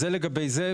זה לגבי זה,